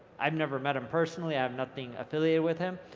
i've never met him personally, i have nothing affiliated with him